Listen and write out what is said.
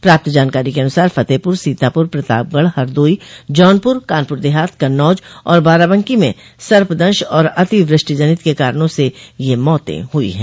प्राप्त जानकारी के अनुसार फतेहपुर सीतापुर प्रतापगढ हरदोई जानपुर कानपुर देहात कन्नौज और बाराबंकी मे सर्पदंश और अति वृष्टिजनित के कारणों से ये मौतें हुई हैं